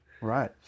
Right